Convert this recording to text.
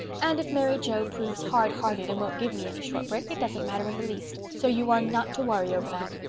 and if mary joe proves hard-hearted and won't give me any shortbread it doesn't matter in the least, so you are not to worry over that.